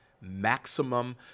maximum